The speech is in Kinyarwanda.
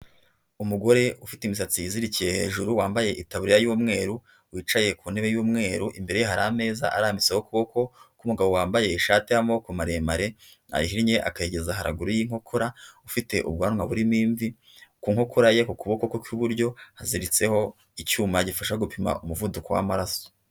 Umugore ufite imisatsi yizirikiye hejuru wambaye itaburiya y'umweru wicaye ku ntebe y'umweru imbere hari ameza arambitseho ukuboko k'umugabo wambaye ishati y'amaboko maremare ayihinnye akayigeza haraguru y'inkokora ufite ubwanwa burimo imvi ku nkokora ye kuboko kw'iburyo haziritseho icyuma gifasha gupima umuvuduko w'amaraso.